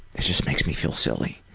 it just makes me feel silly.